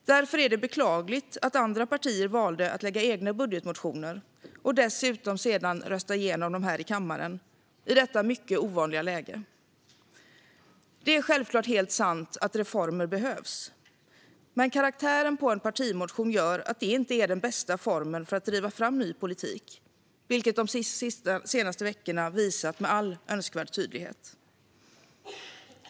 Därför är det beklagligt att andra partier valde att väcka egna budgetmotioner och dessutom sedan rösta igenom dem här i kammaren, i detta mycket ovanliga läge. Det är självklart helt sant att reformer behövs, men karaktären på en partimotion gör att detta inte är den bästa formen för att driva fram ny politik, vilket de senaste veckorna med all önskvärd tydlighet har visat.